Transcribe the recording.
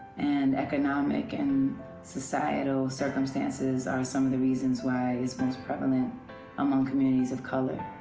and economic and societal circumstances are some of the reasons why it's most prevalent among communities of color.